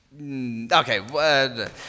okay